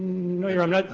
no, your honor,